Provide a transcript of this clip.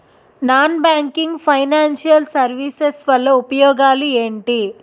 Non banking financial services వల్ల ఉపయోగాలు ఎంటి?